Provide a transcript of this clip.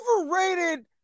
overrated